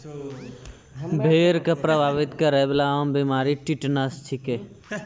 भेड़ क प्रभावित करै वाला आम बीमारी टिटनस छिकै